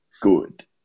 good